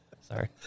Sorry